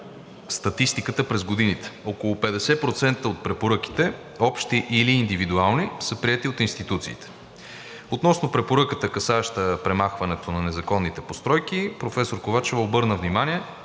статистиката през годините – около 50% от препоръките, общи или индивидуални, са приети от институциите. Относно препоръката, касаеща премахването на незаконните постройки, професор Ковачева обърна внимание,